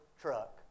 truck